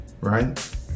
Right